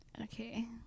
Okay